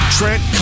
Trent